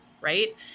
right